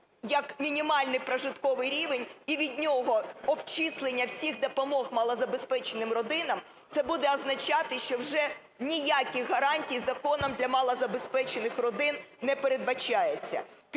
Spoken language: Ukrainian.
як мінімальний прожитковий рівень і від нього обчислення всіх допомог малозабезпеченим родинам, це буде означати, що вже ніяких гарантій законом для малозабезпечених родин не передбачається.